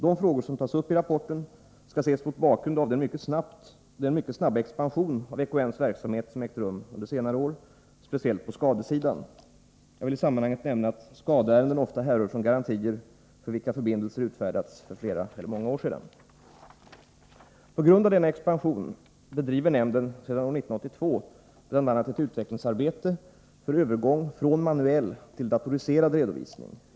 De frågor som tas upp i rapporten skall ses mot bakgrund av den mycket snabba expansion av EKN:s verksamhet som ägt rum under senare år, speciellt på skadesidan. Jag vill i sammanhanget nämna att skadeärenden ofta härrör från garantier för vilka förbindelser utfärdats för flera år sedan. På grund av denna expansion bedriver nämnden sedan år 1982 bl.a. ett utvecklingsarbete för övergång från manuell till datoriserad redovisning.